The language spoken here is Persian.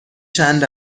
چند